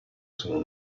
sono